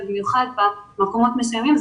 במיוחד במקומות מסוימים.